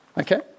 Okay